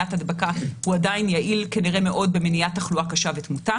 במניעת הדבקה הוא עדיין יעיל כנראה מאוד במניעת תחלואה קשה ותמותה